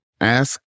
Ask